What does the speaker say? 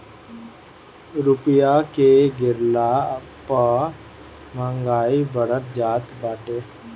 रूपया के गिरला पअ महंगाई बढ़त जात बाटे